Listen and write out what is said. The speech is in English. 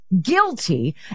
guilty